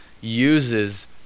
uses